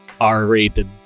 R-rated